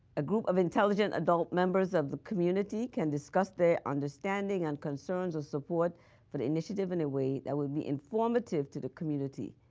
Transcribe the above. a group of intelligent adult members of the community can discuss their understanding and concerns and support for the initiative in a way that would be informative to the community.